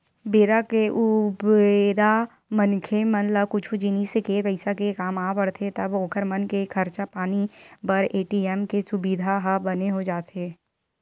बेरा के उबेरा मनखे मन ला कुछु जिनिस के पइसा के काम आ पड़थे तब ओखर मन के खरचा पानी बर ए.टी.एम के सुबिधा ह बने हो जाथे